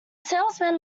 salesman